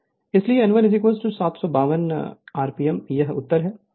Refer Slide Time 1803 इसलिए n1 752 RPM यह उत्तर है